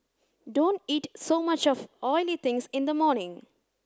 don't eat so much of oily things in the morning